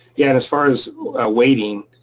yeah and as far as waiting,